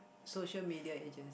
social media agency